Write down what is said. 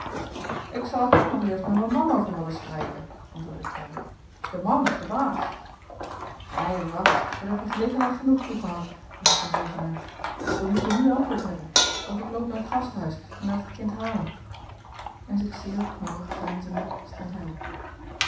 ik zel er toch eerst nog met me man over motten spreiken antwoordde trui de man is de baas ei wat daar hebje gelegenheid genoeg toe gehad riep van zevenaer wij moeten nu antwoord hebben of ik loop naar t gasthuis en laat het kind halen en zich zeer knorrig veinzende stond hij op